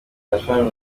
khalfan